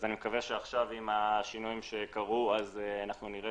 אז אני מקווה שעכשיו עם השינויים שקרו נראה